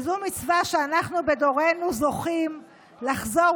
וזו מצווה שאנחנו בדורנו זוכים לחזור